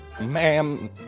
Ma'am